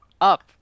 Up